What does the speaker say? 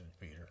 Peter